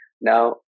Now